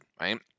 right